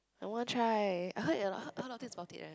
I want try I heard it a lot heard heard a lot this about it right